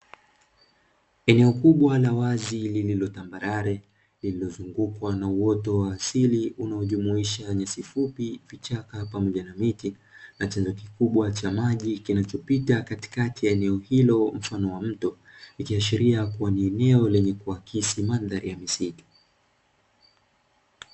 Eneo kubwa la wazi lililo tambarare lililozungukwa na uoto wa asili unaojumuisha nyasi fupi, vichaka pamoja na miti na chanzo kikubwa cha maji kinachopita katikati ya eneo hilo mfano wa mto ikiashiria kuwa ni eneo lenye kuakisi mandhari ya misitu.